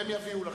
והם יביאו לכם.